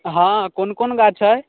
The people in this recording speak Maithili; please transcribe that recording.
हँ कोन कोन गाछ अइ